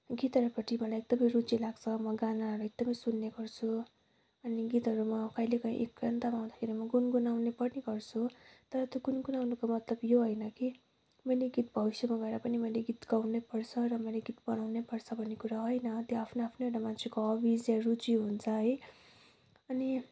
गीतहरूपट्टि मलाई एकदमै रुचि लाग्छ म गानाहरू एकदमै सुन्ने गर्छु अनि गीतहरू म कहिलेकाहीँ एकान्तमा हुँदाखेरि म गुनगुनाउने पनि गर्छु तर त्यो गुनगुनाउनुको मतलब यो होइन कि मैले गीत भविष्यमा गएर पनि मैले गीत गाउनैपर्छ र मैले गीत बनाउनैपर्छ भन्ने कुरा होइन त्यो आफ्नो आफ्नो एउटा मान्छेको हबिजहरू जे हुन्छ है अनि